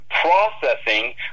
processing